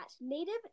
native